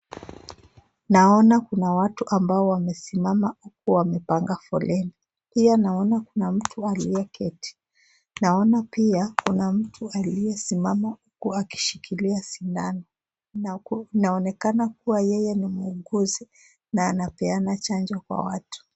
Naona kuna watu ambao wamesimama, wamepanga foleni. Pia naona kuna mtu aliyeketi naona pia kuna mtu aliyesimama huku akishikilia sindano na anaonekana kuwa yeye ni mwuguzi na anapeana chanjo kwa watu.